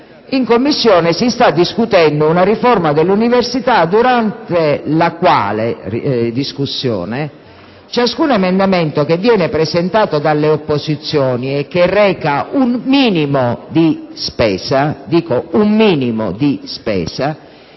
in Commissione si sta discutendo una riforma dell'università, durante la cui discussione ciascun emendamento che viene presentato dalle opposizioni e che reca un minimo di spesa - dico un minimo di spesa